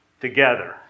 together